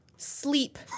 Sleep